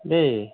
দেই